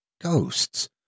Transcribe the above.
ghosts